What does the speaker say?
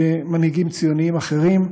כמנהיגים ציונים אחרים,